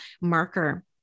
marker